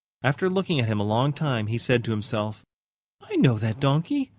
after looking at him a long time, he said to himself i know that donkey!